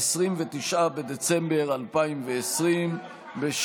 29 בדצמבר 2020,